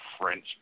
French